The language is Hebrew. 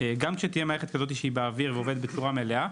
גם כשתהיה מערכת כזאת באוויר שעובדת בצורה מלאה,